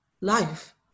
life